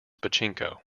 pachinko